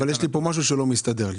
יש פה משהו שלא מסתדר לי.